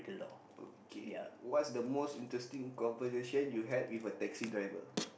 okay what's the most interesting conversation you had with a taxi driver